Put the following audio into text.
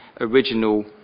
original